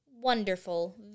Wonderful